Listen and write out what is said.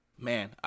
Man